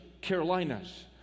Carolinas